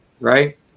Right